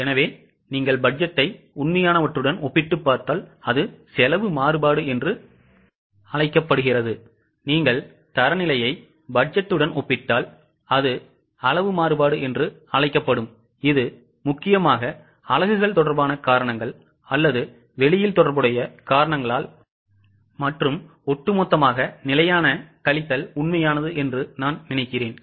எனவே நீங்கள் பட்ஜெட்டை உண்மையானவற்றுடன் ஒப்பிட்டுப் பார்த்தால் அது செலவு மாறுபாடு என்று அழைக்கப்படுகிறது நீங்கள் தரநிலையை பட்ஜெட்டுடன் ஒப்பிட்டால் அது அளவு மாறுபாடு என்று அழைக்கப்படுகிறது இது முக்கியமாக அலகுகள் தொடர்பான காரணங்கள் அல்லது வெளியில் தொடர்புடைய காரணங்களால் மற்றும் ஒட்டுமொத்தமாக நிலையான கழித்தல் உண்மையானது என்று நான் நினைக்கிறேன்